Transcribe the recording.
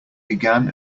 began